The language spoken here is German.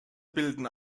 bilden